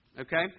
okay